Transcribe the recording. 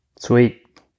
Sweet